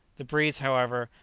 the breeze, however,